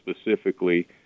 specifically